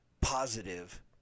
positive